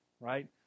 right